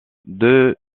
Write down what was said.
deux